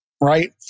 right